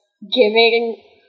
giving